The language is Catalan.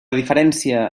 diferència